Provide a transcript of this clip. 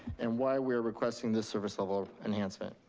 and why we are requesting this service level enhancement.